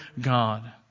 God